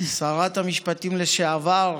שרת המשפטים לשעבר,